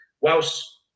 whilst